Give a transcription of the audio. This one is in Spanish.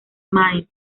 mind